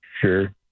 Sure